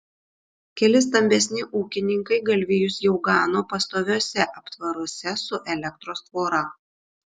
keli stambesni ūkininkai galvijus jau gano pastoviuose aptvaruose su elektros tvora